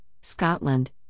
Scotland